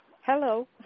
Hello